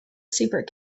super